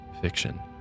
fiction